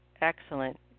Excellent